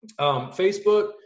Facebook